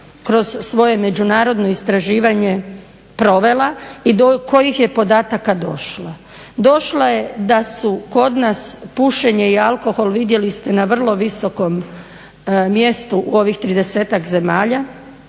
kroz svoje međunarodno istraživanje provela i do kojih je podataka došla. Došla je da su kod nas pušenje i alkohol, vidjeli ste, na vrlo visokom mjestu u ovih tridesetak